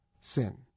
sin